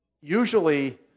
Usually